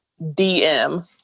DM